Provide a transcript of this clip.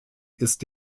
ist